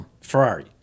Ferrari